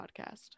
podcast